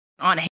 On